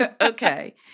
Okay